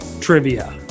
trivia